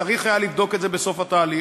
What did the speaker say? צריך היה לבדוק את זה בסוף התהליך.